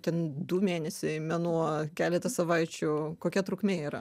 ten du mėnesiai mėnuo keletą savaičių kokia trukmė yra